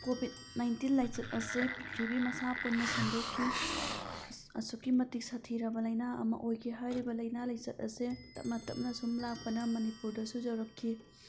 Covid nineteen ꯂꯥꯏꯆꯠ ꯑꯁꯦ ꯄ꯭ꯔꯤꯊꯤꯕꯤ ꯃꯁꯥ ꯄꯨꯟꯅ ꯁꯟꯗꯣꯛꯈꯤ ꯑꯁꯨꯛꯀꯤ ꯃꯇꯤꯛ ꯁꯥꯊꯤꯔꯕ ꯂꯥꯏꯅꯥ ꯑꯃ ꯑꯣꯏꯈꯤ ꯍꯥꯏꯔꯤꯕ ꯂꯥꯏꯅꯥ ꯂꯥꯏꯆꯠ ꯑꯁꯦ ꯇꯞꯅ ꯇꯞꯅ ꯁꯨꯝ ꯂꯥꯛꯄꯅ ꯃꯅꯤꯄꯨꯔꯗꯁꯨ ꯌꯧꯔꯛꯈꯤ